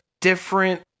different